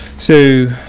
so,